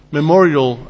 memorial